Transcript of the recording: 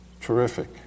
Terrific